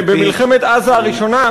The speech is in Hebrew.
ובמלחמת עזה הראשונה,